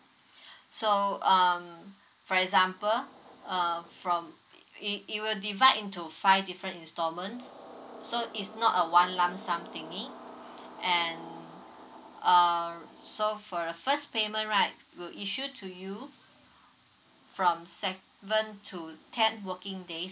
so um for example uh from it it will divide into five different instalments so it's not a one lump sum thingy and err so for a first payment right will issue to you from seven to ten working days